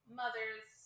mothers